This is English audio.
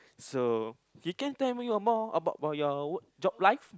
so you can tell me more about about your work job life